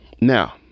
Now